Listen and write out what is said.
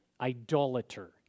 idolater